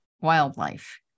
wildlife